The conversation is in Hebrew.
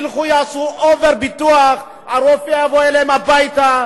ילכו ויעשו אובר-ביטוח, הרופא יבוא אליהם הביתה,